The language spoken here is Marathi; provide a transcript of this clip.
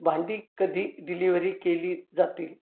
भांडी कधी डिलिवरी केली जातील